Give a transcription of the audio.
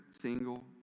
single